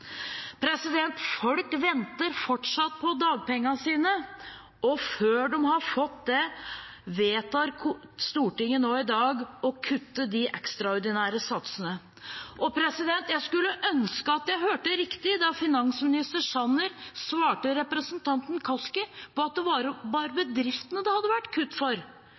Folk venter fortsatt på dagpengene sine. Og før de har fått det, vedtar Stortinget nå i dag å kutte de ekstraordinære satsene. Jeg skulle ønske jeg hørte riktig da finansminister Sanner svarte representanten Kaski på at det bare var bedriftene det hadde vært kutt for.